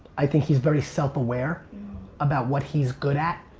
i think he's very self aware about what he's good at,